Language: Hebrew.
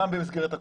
גם במסגרת הקורסים,